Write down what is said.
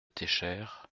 técher